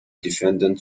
defendant